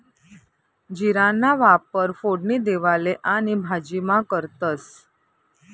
जीराना वापर फोडणी देवाले आणि भाजीमा करतंस